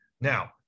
Now